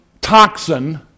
toxin